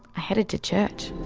i headed to church.